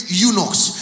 eunuchs